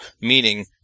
meaning